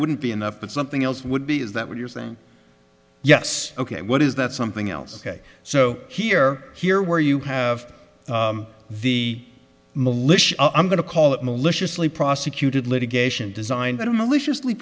wouldn't be enough but something else would be is that what you're saying yes ok what is that something else ok so here here where you have the militia i'm going to call it maliciously prosecuted litigation designed to maliciously